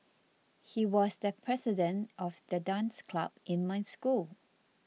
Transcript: he was the president of the dance club in my school